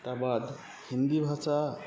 ତା ବାଦ୍ ହିନ୍ଦୀ ଭାଷା